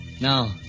Now